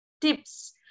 tips